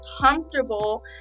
comfortable